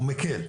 הוא מקל.